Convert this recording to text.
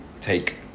take